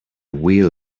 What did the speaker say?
wheel